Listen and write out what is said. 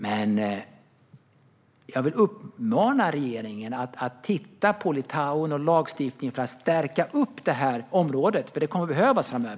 Men jag vill uppmana regeringen att titta på Litauen och på lagstiftningen för att stärka detta område, för det kommer att behövas framöver.